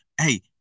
Hey